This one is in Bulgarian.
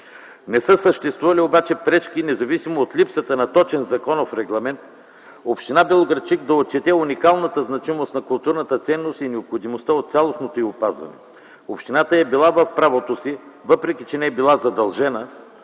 Не са съществували обаче пречки, независимо от липсата на точен законов регламент община Белоградчик да отчете уникалната значимост на културната ценност и необходимостта от цялостното й опазване. Общината е била в правото си, въпреки че не е била задължена,